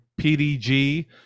pdg